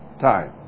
time